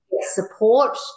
support